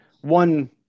one